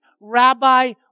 rabbi